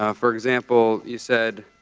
ah for example, you said,